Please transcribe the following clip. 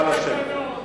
נא לשבת.